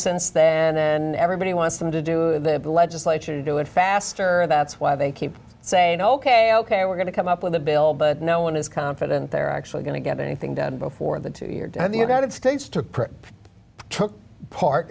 since then everybody wants them to do it the legislature to do it faster that's why they keep saying ok ok we're going to come up with a bill but no one is confident they're actually going to get anything done before the two year in the united states to took part